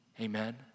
Amen